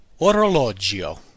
orologio